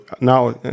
Now